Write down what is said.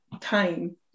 time